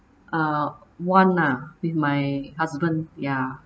uh one lah with my husband ya